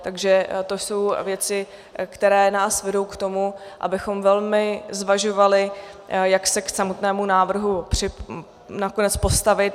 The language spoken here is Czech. Takže to jsou věci, které nás vedou k tomu, abychom velmi zvažovali, jak se k samotnému návrhu nakonec postavit.